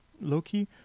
Loki